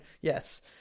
yes